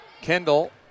Kendall